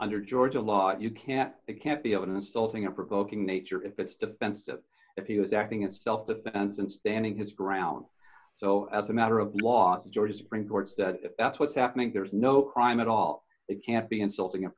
under georgia law you can't it can't be evidence so thing of provoking nature if it's defensive if he was acting in self defense and standing his ground so as a matter of law georgia supreme court said that's what's happening there is no crime at all it can't be insulting and